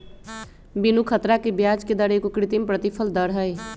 बीनू ख़तरा के ब्याजके दर एगो कृत्रिम प्रतिफल दर हई